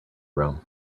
room